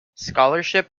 scholarship